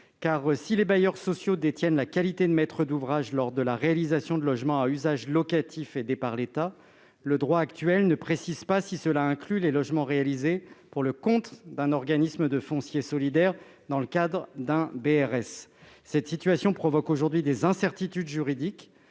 si les bailleurs sociaux détiennent la qualité de maître d'ouvrage lors de la réalisation de logements à usage locatif aidés par l'État, le droit actuel ne précise pas si cela inclut les logements réalisés pour le compte d'un organisme de foncier solidaire dans le cadre d'un BRS. Cette situation provoque des incertitudes juridiques